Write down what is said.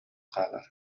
хаалар